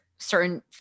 certain